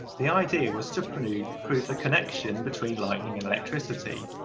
the idea was to prove prove the connection between lightning and electricity.